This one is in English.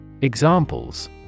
Examples